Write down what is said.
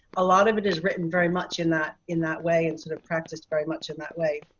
a lot of it is written very much in that in that way instead of practice very much in that way.